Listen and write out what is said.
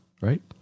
right